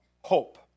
hope